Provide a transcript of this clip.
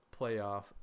playoff